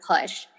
push